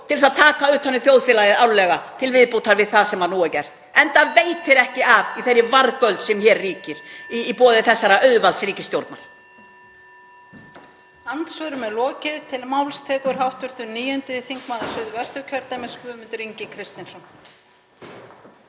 þess að taka utan um þjóðfélagið árlega til viðbótar við það sem nú er gert, enda veitir ekki af á þeirri vargöld sem hér ríkir í boði þessarar auðvaldsríkisstjórnar.